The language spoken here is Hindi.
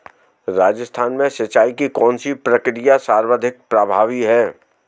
राजस्थान में सिंचाई की कौनसी प्रक्रिया सर्वाधिक प्रभावी है?